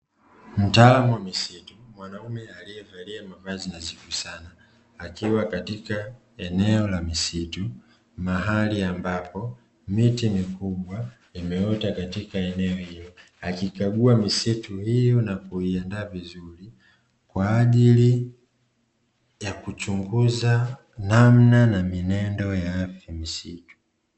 Mtaalamu wa misitu, mwanaume alievalia mavazi nadhifu sana akiwa katika eneo la misitu, mahali ambapo miti mikubwa imeota katika eneo hilo, akikagua misitu hiyo na kuiandaa vizuri kwa ajili ya kuchunguza namna na mienendo ya afya ya misitu.